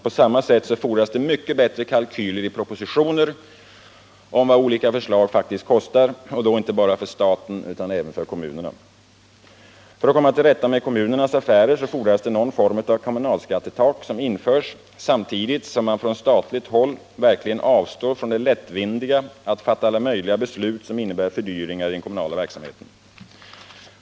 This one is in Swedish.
På samma sätt fordras det mycket bättre kalkyler i propositioner för vad olika förslag kostar och då inte bara för staten utan även för kommunerna. För att komma till rätta med kommunernas affärer fordras att någon form av kommunalskattetak införs, samtidigt som man från statligt håll verkligen avstår från det lättvindiga sätt att fatta alla möjliga beslut som innebär fördyringar i den kommunala verksamheten.